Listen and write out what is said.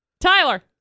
Tyler